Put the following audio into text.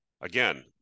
again